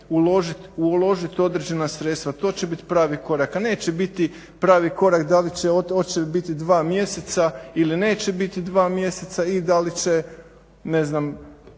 uložiti određena sredstva, to će biti pravi korak. A ne će biti pravi korak da li će očevi biti 2 mjeseca ili neće biti 2 mjeseca i da li će ne znam